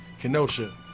Kenosha